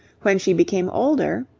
when she became older,